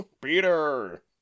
Peter